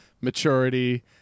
maturity